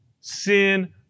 Sin